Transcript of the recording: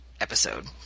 episode